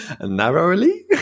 Narrowly